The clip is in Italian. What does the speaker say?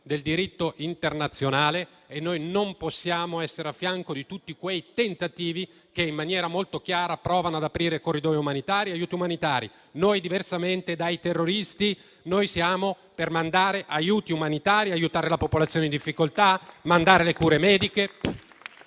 del diritto internazionale. E noi non possiamo non essere al fianco di tutti quei tentativi che, in maniera molto chiara, provano ad aprire corridoi umanitari ad aiuti umanitari. Diversamente dai terroristi, noi siamo per mandare aiuti umanitari, per aiutare la popolazione in difficoltà, per mandare le cure mediche.